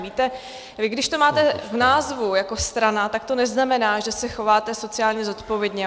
Víte, vy když to máte v názvu, jako strana, tak to neznamená, že se chováte sociálně zodpovědně.